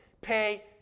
pay